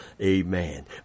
Amen